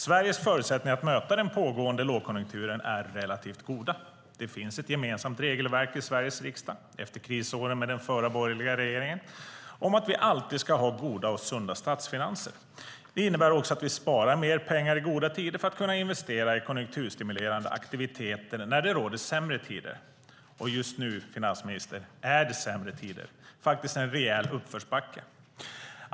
Sveriges förutsättningar att möta den pågående lågkonjunkturen är relativt goda. Det finns ett gemensamt regelverk i Sveriges riksdag, efter krisåren med den förra borgerliga regeringen, om att vi alltid ska ha goda och sunda statsfinanser. Det innebär bland annat att vi sparar mer pengar i goda tider för att kunna investera i konjunkturstimulerande aktiviteter när det råder sämre tider. Just nu, finansministern, är det sämre tider, faktiskt en rejäl uppförsbacke.